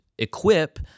Equip